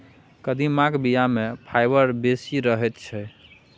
कदीमाक बीया मे फाइबर बेसी रहैत छै